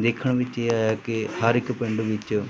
ਦੇਖਣ ਵਿੱਚ ਇਹ ਆਇਆ ਕਿ ਹਰ ਇੱਕ ਪਿੰਡ ਵਿੱਚ